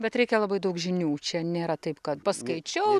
bet reikia labai daug žinių čia nėra taip kad paskaičiau